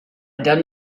done